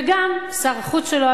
וגם שר החוץ שלו,